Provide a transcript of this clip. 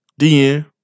DN